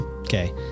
Okay